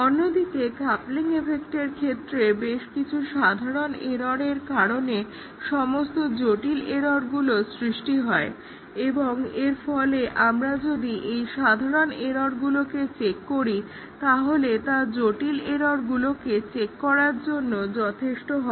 অন্যদিকে কাপলিং ইফেক্টের ক্ষেত্রে বেশকিছু সাধারণ এররের কারণে সমস্ত জটিল এররগুলোর সৃষ্টি হয় এবং এর ফলে আমরা যদি এই সাধারন এররগুলিকে চেক করি তাহলে তা জটিল এররগুলোকে চেক করার জন্য যথেষ্ট হবে